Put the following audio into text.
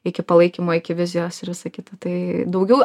iki palaikymo iki vizijos ir visa kita tai daugiau